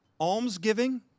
almsgiving